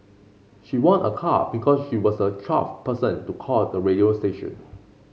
she won a car because she was the twelfth person to call the radio station